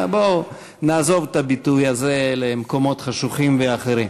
אז בוא נעזוב את הביטוי הזה למקומות חשוכים ואחרים.